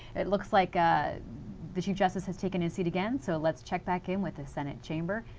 it looks like ah the chief justice has taken his seat again so let's check back in with the senate chamber,